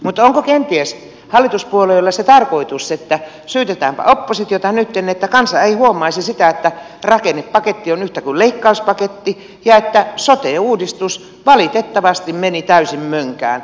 onko kenties hallituspuolueilla se tarkoitus että syytetäänpä oppositiota nyt että kansa ei huomaisi sitä että rakennepaketti on yhtä kuin leikkauspaketti ja että sote uudistus valitettavasti meni täysin mönkään